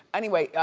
anyway,